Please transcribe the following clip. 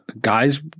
guys